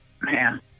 Man